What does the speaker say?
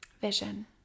Vision